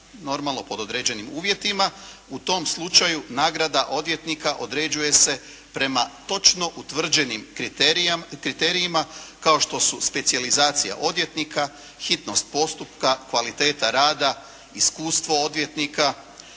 normalno pod određenim uvjetima, u tom slučaju nagrada odvjetnika određuje se prema točno utvrđenim kriterijima kao što su specijalizacija odvjetnika, hitnost postupka, kvaliteta rada, iskustvo odvjetnika,